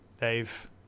Dave